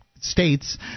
states